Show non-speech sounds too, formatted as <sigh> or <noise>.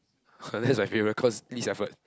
<laughs> that's my favorite cause least effort